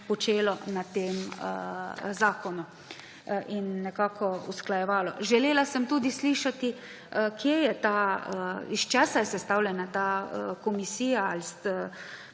počelo na tem zakonu in nekako usklajevalo. Želela sem tudi slišati, iz česa je sestavljena ta komisija ali